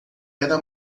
era